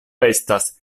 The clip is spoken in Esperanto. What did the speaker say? estas